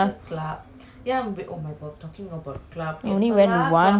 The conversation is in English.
I only went once lah அது தெரியாது:athu theriyathu